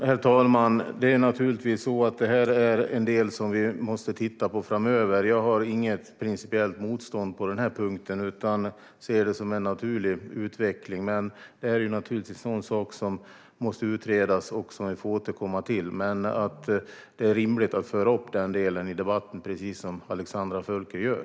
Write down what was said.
Herr talman! Detta är en del som vi måste titta på framöver. Jag har inget principiellt motstånd på den här punkten utan ser det som en naturlig utveckling. Detta är naturligtvis något som måste utredas och som vi får återkomma till. Men det är rimligt att föra upp detta i debatten, precis som Alexandra Völker gör.